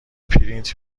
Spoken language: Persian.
پرینت